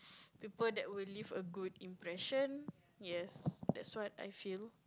people that will leave a good impression yes that's what I feel